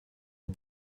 und